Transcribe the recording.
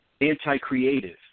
anti-creative